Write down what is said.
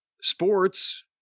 sports